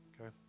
Okay